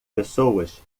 pessoas